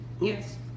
Yes